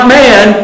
man